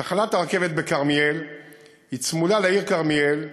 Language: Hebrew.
תחנת הרכבת בכרמיאל צמודה לעיר כרמיאל.